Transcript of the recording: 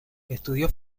estudió